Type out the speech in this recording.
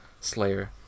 slayer